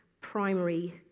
primary